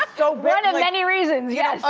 ah so one of many reasons, yes.